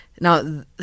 Now